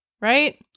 right